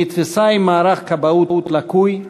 היא נתפסה עם מערך כבאות לקוי,